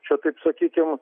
čia taip sakykim